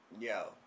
Yo